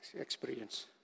experience